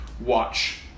watch